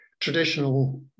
traditional